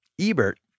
ebert